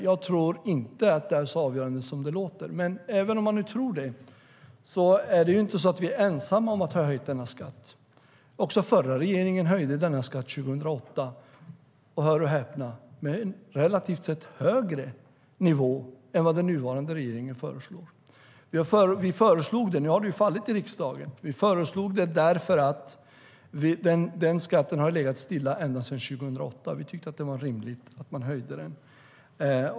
Jag tror inte att det är så avgörande som det låter. Men även om man nu tror det är det inte så att vi är ensamma om höjning av denna skatt. Den förra regeringen höjde denna skatt 2008. Och hör och häpna: Det var relativt sett en större höjning än vad den nuvarande regeringen föreslagit. Vårt förslag har nu fallit i riksdagen, men vi föreslog detta därför att den skatten har legat stilla ända sedan 2008. Vi tyckte att det var rimligt att man höjde den.